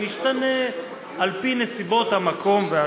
המשתנה על פי נסיבות הזמן והמקום".